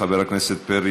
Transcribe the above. חבר הכנסת פיר,